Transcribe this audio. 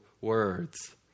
words